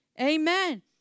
Amen